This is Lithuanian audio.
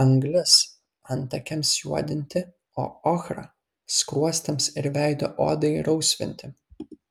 anglis antakiams juodinti o ochra skruostams ir veido odai rausvinti